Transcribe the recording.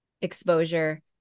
exposure